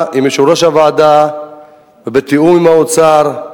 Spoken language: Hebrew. עם יושב-ראש הוועדה ובתיאום עם האוצר,